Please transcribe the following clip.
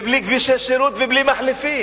ובלי כבישי שירות ובלי מחלפים.